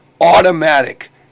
automatic